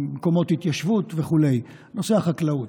מקומות התיישבות וכו' נושא החקלאות: